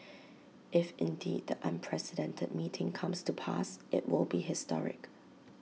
if indeed the unprecedented meeting comes to pass IT will be historic